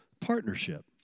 partnership